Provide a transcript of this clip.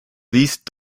these